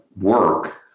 work